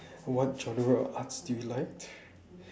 what genre of arts do you like